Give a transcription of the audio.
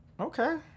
Okay